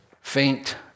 faint